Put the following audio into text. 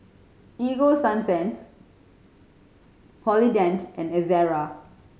Ego Sunsense Polident and Ezerra